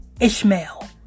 Ishmael